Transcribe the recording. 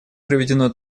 проведено